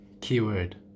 Keyword